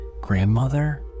grandmother